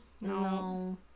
No